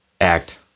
act